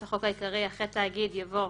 לחוק העיקרי, אחרי "תאגיד" יבוא